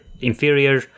inferior